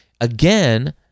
again